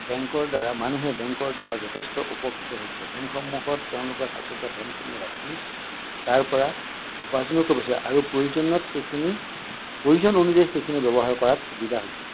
বেংকৰ দ্বাৰা মানুহে বেংকৰ দ্বাৰা যথেষ্ট উপকৃত হৈছে বেংকসমূহত তেওঁলোকৰ সাঁচতিয়া ধনখিনি ৰাখি তাৰ পৰা উপাৰ্জনো কৰিব দিছে আৰু প্ৰয়োজনত সেইখিনি প্ৰয়োজন অনুযায়ী সেইখিনি ব্যবহাৰ কৰাত সুবিধা হৈছে